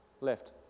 left